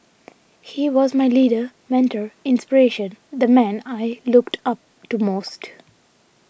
he was my leader mentor inspiration the man I looked up to most